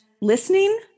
listening